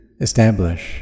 establish